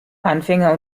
anfänger